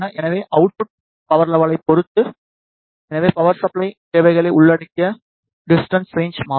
எனவே output power லெவலைப் பொறுத்து எனவே பவர் சப்பிலே தேவைகளை உள்ளடக்கிய டிஸ்டன்ஸ் ரேன்ச் மாறும்